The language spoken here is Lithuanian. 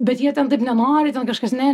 bet jie ten taip nenori ten kažkas ne